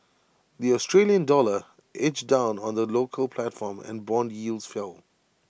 the Australian dollar edged down on the local platform and Bond yields fell